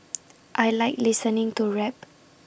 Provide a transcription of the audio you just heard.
I Like listening to rap